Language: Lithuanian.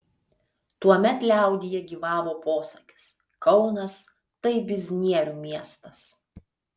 tuomet liaudyje gyvavo posakis kaunas tai biznierių miestas